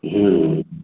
ହୁୁଁ